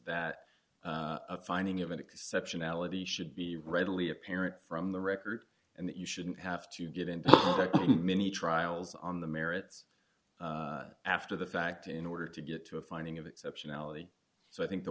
that a finding of exceptionality should be readily apparent from the record and that you shouldn't have to get into many trials on the merits after the fact in order to get to a finding of exceptionality so i think the